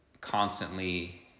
constantly